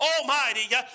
Almighty